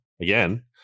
again